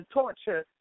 torture